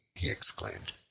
he exclaimed,